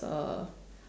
uh